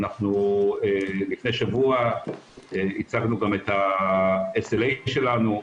אנחנו לפני שבוע הצגנו גם את ה-SLA שלנו,